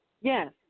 Yes